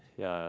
yeah